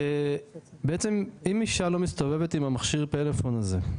בעצם אם אישה לא מסתובבת עם מכשיר הטלפון הזה.